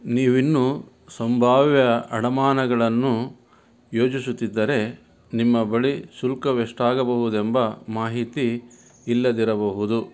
ನೀವಿನ್ನೂ ಸಂಭಾವ್ಯ ಅಡಮಾನಗಳನ್ನು ಯೋಜಿಸುತ್ತಿದ್ದರೆ ನಿಮ್ಮ ಬಳಿ ಶುಲ್ಕವೆಷ್ಟಾಗಬಹುದೆಂಬ ಮಾಹಿತಿ ಇಲ್ಲದಿರಬಹುದು